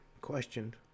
questioned